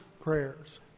prayers